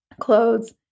clothes